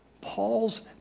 Paul's